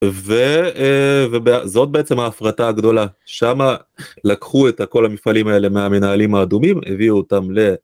וזאת בעצם ההפרטה הגדולה שמה לקחו את כל המפעלים האלה מהמנהלים האדומים הביאו אותם ל...